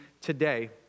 today